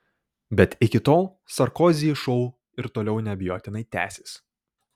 bet iki tol sarkozy šou ir toliau neabejotinai tęsis